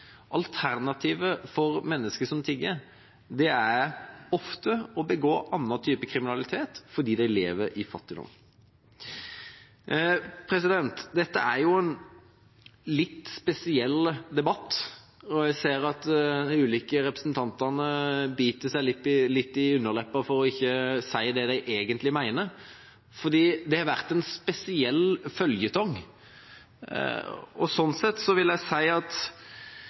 en litt spesiell debatt, og jeg ser at de ulike representantene biter seg litt i underleppa for ikke å si det de egentlig mener, fordi dette har vært en spesiell føljetong. Sånn sett vil jeg si at